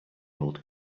old